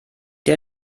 der